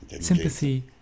sympathy